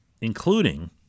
including